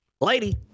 lady